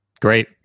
Great